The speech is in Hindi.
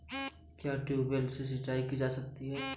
क्या ट्यूबवेल से सिंचाई की जाती है?